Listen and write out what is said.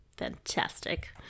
fantastic